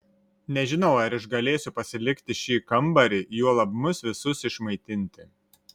nežinau ar išgalėsiu pasilikti šį kambarį juolab mus visus išmaitinti